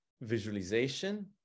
Visualization